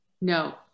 No